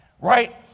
right